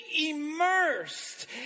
immersed